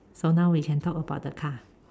so now we can talk about the car